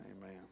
Amen